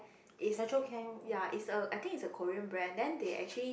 is ya is a I think is a Korean brand then they actually